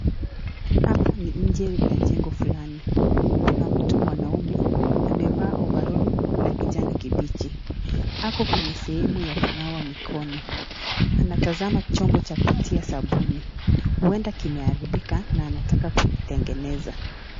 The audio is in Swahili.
Hapa ni nje ya jengo fulani kuna mtu mwanaume anayevaa ovaroli la kijani kibichi ako kwenye sehemu ya kunawa mikono. Anatazama chombo cha kutia sabuni huenda kimeharibika na anataka kuitengeneza.